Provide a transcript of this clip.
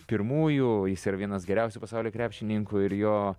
pirmųjų jis yra vienas geriausių pasaulio krepšininkų ir jo